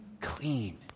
clean